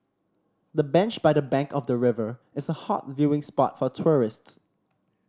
the bench by the bank of the river is a hot viewing spot for tourists